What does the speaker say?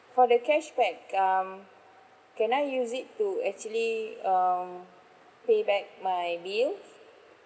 for the cashback um can I use it to actually um pay back my bills